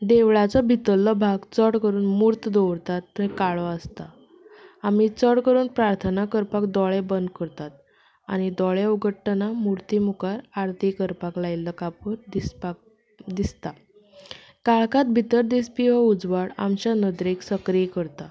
देवळाचो भितरलो भाग चड करून मूर्त दवरता थंय काळो आसता आमी चड करून प्रार्थना करपाक दोळे बंद करतात आनी दोळे उगडटना मुर्ती मुखार आरती करपाक लायिल्लो कापूर दिसपाक दिसता काळखांत भितर दिसपी हो उजवाड आमच्या नदरेक सक्रीय करता